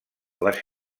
les